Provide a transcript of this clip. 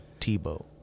Tebow